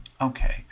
Okay